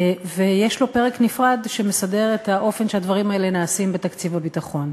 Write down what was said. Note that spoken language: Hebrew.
ויש לו פרק נפרד שמסדר את האופן שבו הדברים האלה נעשים בתקציב הביטחון.